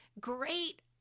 great